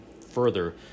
further